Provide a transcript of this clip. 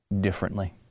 differently